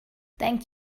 thank